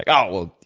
ah oh, well,